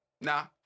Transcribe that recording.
Nah